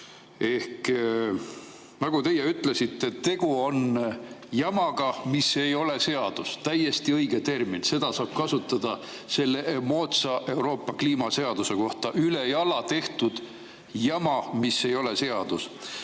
Ehk nagu teie ütlesite, tegu on jamaga, mis ei ole seadus. Täiesti õige termin, seda saab kasutada selle moodsa Euroopa kliimaseaduse kohta – ülejala tehtud jama, mis ei ole seadus.